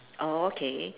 okay